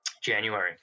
January